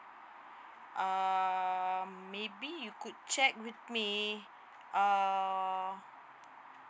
um maybe you could check with me uh